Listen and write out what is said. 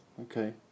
Okay